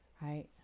Right